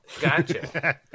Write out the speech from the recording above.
gotcha